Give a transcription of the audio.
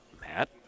Matt